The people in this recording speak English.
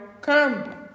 come